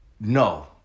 No